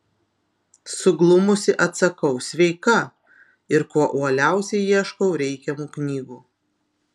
suglumusi atsakau sveika ir kuo uoliausiai ieškau reikiamų knygų